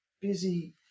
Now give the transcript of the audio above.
busy